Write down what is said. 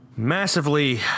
massively